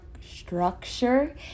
structure